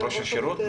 ראש השירות?